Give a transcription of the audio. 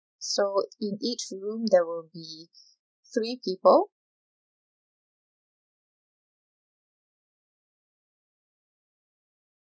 so in each room there will be three people